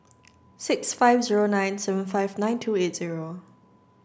six five zero nine seven five nine two eight zero